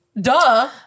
Duh